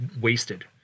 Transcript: wasted